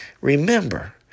remember